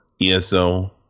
ESO